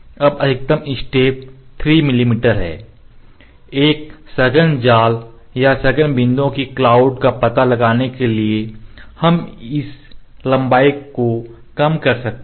अब अधिकतम स्टेप 3 मिमी है एक सघन जाल या सघन बिंदुओं की क्लाउड का पता लगाने के लिए हम इस लंबाई को कम कर सकते हैं